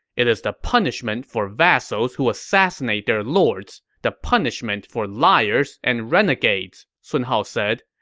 it is the punishment for vassals who assassinate their lords, the punishment for liars and renegades, sun hao said,